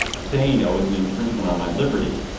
saying, oh, it's an infringement on my liberty.